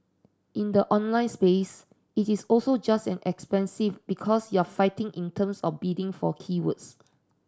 in the online space it is also just as expensive because you're fighting in terms of bidding for keywords